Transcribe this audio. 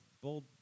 bold